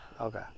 Okay